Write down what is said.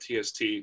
TST